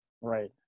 Right